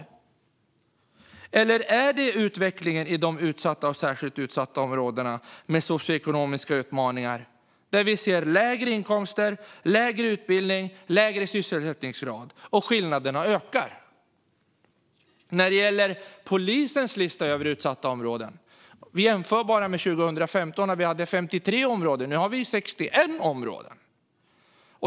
Handlar det om utvecklingen i de utsatta och särskilt utsatta områdena, med socioekonomiska utmaningar, där vi ser lägre inkomster, lägre utbildning och lägre sysselsättningsgrad och där skillnaderna ökar? År 2015 fanns det 53 områden på polisens lista över utsatta områden; nu finns det 61 områden.